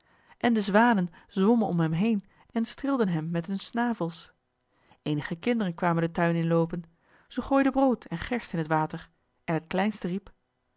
en de zwanen zwommen om hem heen en streelden hem met hun snavels eenige kinderen kwamen den tuin inloopen ze gooiden brood en gerst in het water en het kleinste riep